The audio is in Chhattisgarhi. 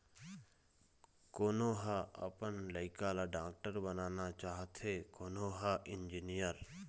कोनो ह अपन लइका ल डॉक्टर बनाना चाहथे, कोनो ह इंजीनियर